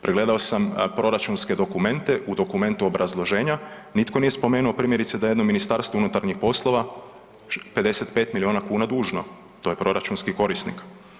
Pregledao sam proračunske dokumente, u dokumentu obrazloženja nitko nije spomenuo primjerice, da jedno Ministarstvo unutarnjih poslova 55 milijuna kuna dužno, to je proračunski korisnik.